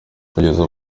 kugeza